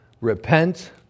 repent